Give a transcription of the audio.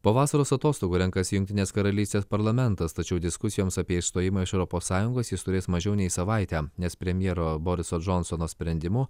po vasaros atostogų renkasi jungtinės karalystės parlamentas tačiau diskusijoms apie išstojimą iš europos sąjungos jis turės mažiau nei savaitę nes premjero boriso džonsono sprendimu